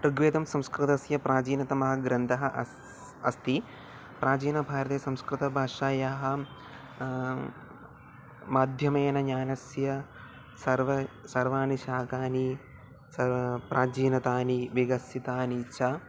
ऋग्वेदं संस्कृतस्य प्राचीनतमः ग्रन्थः अस्ति अस्ति प्राचीनभारते संस्कृतभाषायाः माध्यमेन ज्ञानस्य सर्वं सर्वाणि शाखानि सा प्राचीनतमानि विकसितानि च